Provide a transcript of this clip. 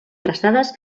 prestades